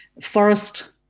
forest